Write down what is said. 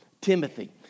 Timothy